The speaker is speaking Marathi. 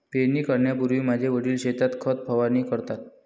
पेरणी करण्यापूर्वी माझे वडील शेतात खत फवारणी करतात